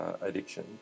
addiction